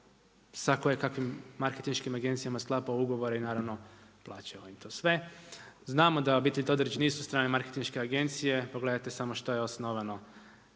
sa kojekakvim marketinškim agencijama sklapao ugovore i naravno plaćao im to sve. Znamo da obitelji Todorić nisu strane marketinške agencije, pogledajte samo što je osnovano